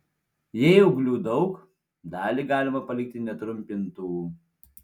jei ūglių daug dalį galima palikti netrumpintų